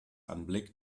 anblick